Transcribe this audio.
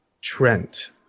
Trent